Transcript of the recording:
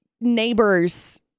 neighbors